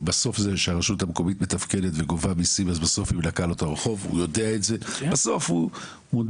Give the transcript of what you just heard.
זה שהרשות המקומית מתפקדת וגובה מיסים בסוף היא מנקה לו את הרחוב,